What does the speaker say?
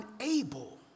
unable